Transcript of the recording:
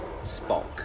Spock